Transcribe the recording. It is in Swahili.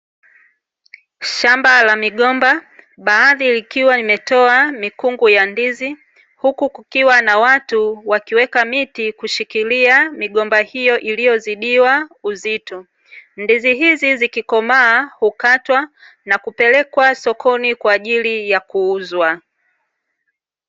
Shamba la migomba baadhi likiwa imetoa mikungu ya ndizi huku kukiwa na watu wakiweka miti kushikilia migomba hiyo iliyozidiwa uzito, ndizi hizi zikikomaa hukatwa na kupelekwa sokoni kwa ajili ya kuuzwa.